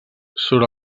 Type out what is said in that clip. surt